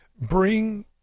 bring